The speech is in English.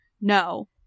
No